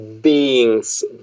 beings